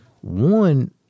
One